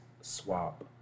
swap